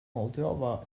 moldova